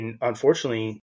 unfortunately